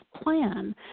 plan